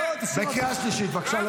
אתה משקר.